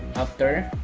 after,